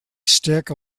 stick